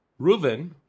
Reuven